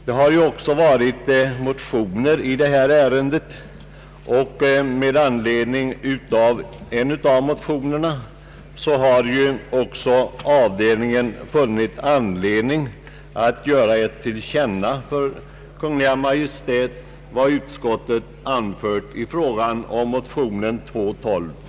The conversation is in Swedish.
Det har också väckts motioner i ärendet, och med anledning av en av dessa, nämligen motionen II: 1259, har avdelningen funnit anledning att ge till känna för Kungl. Maj:t vad utskottet anfört.